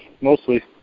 mostly